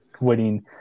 winning